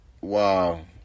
Wow